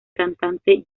cantante